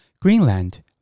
Greenland